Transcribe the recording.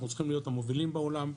אנחנו צריכים להיות המובילים בעולם,